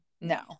no